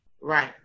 Right